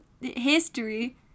history